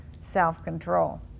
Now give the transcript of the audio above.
self-control